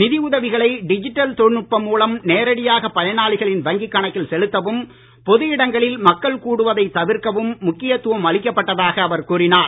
நிதி உதவிகளை டிஜிட்டல் தொழில்நுட்பம் மூலம் நேரடியாக பயனாளிகளின் வங்கி கணக்கில் செலுத்தவும் பொது இடங்களில் மக்கள் கூடுவதை தவிர்க்கவும் முக்கியத் துவம் அளிக்கப்படுவதாகவும் அவர் கூறினார்